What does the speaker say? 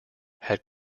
had